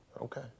Okay